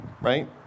right